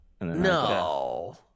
No